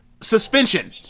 suspension